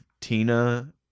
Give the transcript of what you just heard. Tina